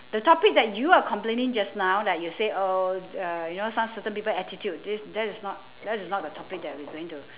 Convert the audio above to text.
the topic that you are complaining just now like you say oh uh you know some certain people attitude this that is not that's not the topic that we're going to